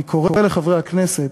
אני קורא לחברי הכנסת